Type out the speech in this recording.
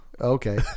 Okay